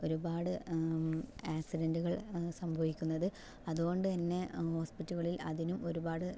ഒരുപാട് ആക്സിഡൻറ്റുകൾ സംഭവിക്കുന്നത് അതുകൊണ്ട് തന്നെ ഹോസ്പിറ്റലുകളിൽ അതിനും ഒരുപാട്